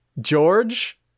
George